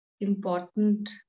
important